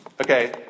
Okay